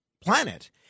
planet